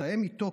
שתתאם איתו,